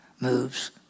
moves